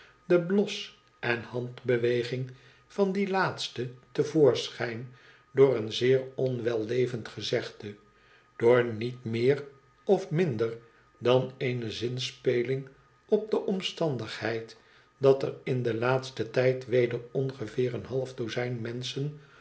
den blos en de handoieging van dien laatste te voorschijn door een zeer onwellevend gezegde door niet meer of minder dan eene zinspeling op de omstandigheid dat er in den laatsten tijd weder ongeveer een half dozijn menschen